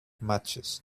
matches